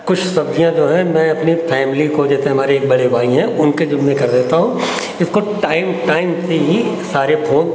कुछ सब्ज़ियाँ जो हैं मैं अपनी फ़ैमिली को जैसे हमारे एक बड़े भाई हैं उनके ज़िम्मे कर देता हूँ इसको टाइम टाइम से ही सारे फ्रूट